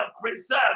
preserve